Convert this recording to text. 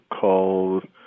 called